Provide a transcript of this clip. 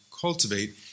cultivate